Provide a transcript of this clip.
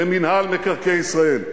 במינהל מקרקעי ישראל.